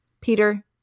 Peter